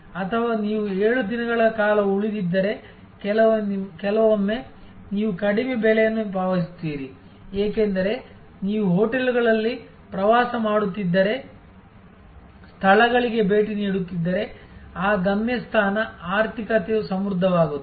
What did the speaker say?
ಅಥವಾ ನೀವು 7 ದಿನಗಳ ಕಾಲ ಉಳಿದಿದ್ದರೆ ಕೆಲವೊಮ್ಮೆ ನೀವು ಕಡಿಮೆ ಬೆಲೆಯನ್ನು ಪಾವತಿಸುತ್ತೀರಿ ಏಕೆಂದರೆ ನೀವು ಹೋಟೆಲ್ಗಳಲ್ಲಿ ಪ್ರವಾಸ ಮಾಡುತ್ತಿದ್ದರೆ ಸ್ಥಳಗಳಿಗೆ ಭೇಟಿ ನೀಡುತ್ತಿದ್ದರೆ ಆ ಗಮ್ಯಸ್ಥಾನ ಆರ್ಥಿಕತೆಯು ಸಮೃದ್ಧವಾಗುತ್ತದೆ